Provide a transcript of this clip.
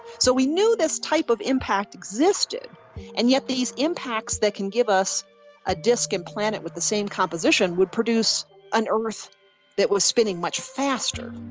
so we knew this type of impact existed and yet these impacts that can give us a disc implanted with the same composition would produce an earth that was spinning much faster.